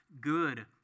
good